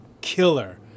killer